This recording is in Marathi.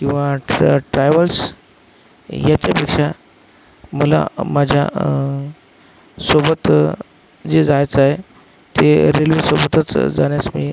किंवा ट्रॅ ट्रॅव्हल्स याच्यापेक्षा मला माझ्या सोबत जे जायचंय ते रेल्वेसोबतच जाण्यास मी